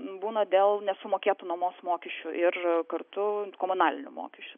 būna dėl nesumokėtų nuomos mokesčių ir kartu komunalinių mokesčių